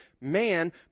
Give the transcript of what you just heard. man